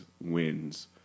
wins